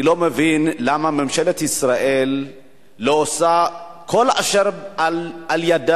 אני לא מבין למה ממשלת ישראל לא עושה את כל אשר בידה.